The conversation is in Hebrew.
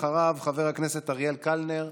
אחריו, חבר הכנסת אריאל קלנר,